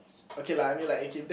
okay lah I mean like okay if there